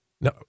no